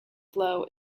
flow